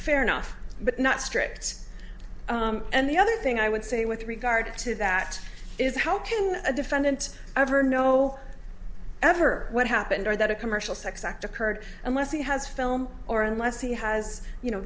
fair enough but not strict and the other thing i would say with regard to that is how can a defendant ever know ever what happened or that a commercial sex act occurred unless he has film or unless he has you know